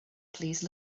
please